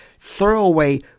throwaway